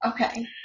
Okay